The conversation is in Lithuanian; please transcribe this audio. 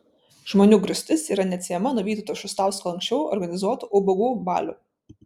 žmonių grūstis yra neatsiejama nuo vytauto šustausko anksčiau organizuotų ubagų balių